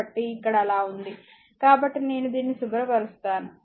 కాబట్టి ఇక్కడ అలా ఉంది కాబట్టి నేను దీనిని శుభ్రపరుస్తాను